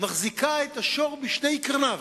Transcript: מחזיקה את השור בשתי קרניו,